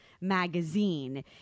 magazine